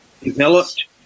developed